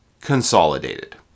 Consolidated